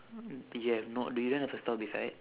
do you have no~ no you don't have a store beside